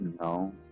No